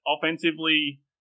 offensively